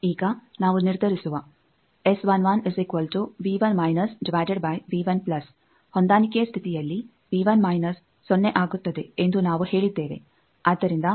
ಈಗ ನಾವು ನಿರ್ಧರಿಸುವ ಹೊಂದಾಣಿಕೆಯ ಸ್ಥಿತಿಯಲ್ಲಿ ಸೊನ್ನೆ ಆಗುತ್ತದೆ ಎಂದು ನಾವು ಹೇಳಿದ್ದೇವೆ